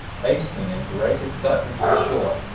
hastening in great excitement to the shore,